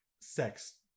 sex